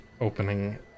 opening